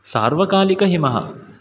सार्वकालिकहिमः